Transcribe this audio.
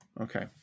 Okay